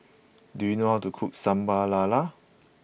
do you know how to cook Sambal Lala